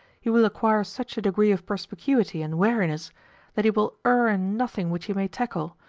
he will acquire such a degree of perspicuity and wariness that he will err in nothing which he may tackle,